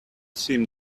seem